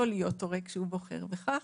לא להיות הורה כשהוא בוחר בכך.